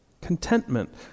Contentment